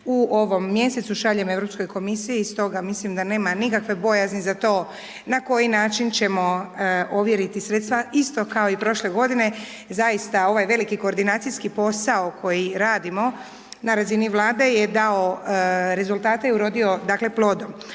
u ovom mjesecu šaljem Europskoj komisiji, stoga mislim da nema nikakve bojazni za to, na koji način ćemo ovjeriti sredstva, isto kao i prošle godine. Zaista, ovaj veliki koordinacijski posao koji radimo na razini Vlade je dao rezultate i urodio,